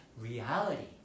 reality